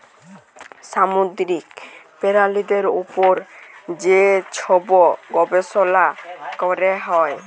সামুদ্দিরিক পেরালিদের উপর যে ছব গবেষলা ক্যরা হ্যয়